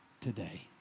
today